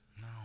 No